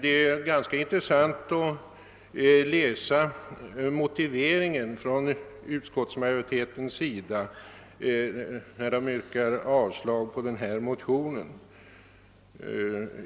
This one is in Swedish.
Det är ganska intressant att läsa mo tiveringen från utskottsmajoritetens sida när den yrkar avslag på denna motion.